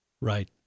Right